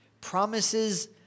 Promises